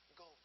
go